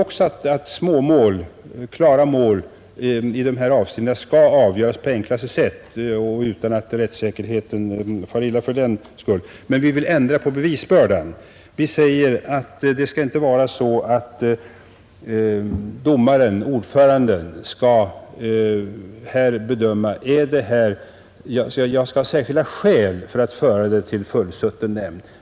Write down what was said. Också vi vill att klara små mål i dessa avseenden skall avgöras på enklaste sätt, utan att rättssäkerheten fördenskull är i fara, men vi vill ändra på bevisbördan. Vi säger att det inte skall vara så att domaren-ordföranden skall ha särskilda skäl för att föra ett mål till fullsutten nämnd.